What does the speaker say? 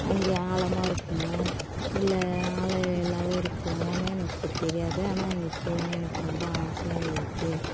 அங்கே ஆழமாக இருக்குமா இல்லை ஆழம் இல்லாம இருக்குமான்னு எனக்கு தெரியாது ஆனால் அங்கே போகணும் எனக்கு ரொம்ப ஆசையாக இருக்குது